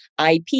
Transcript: IP